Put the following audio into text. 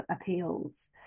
appeals